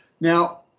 Now